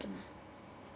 happened